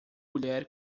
mulher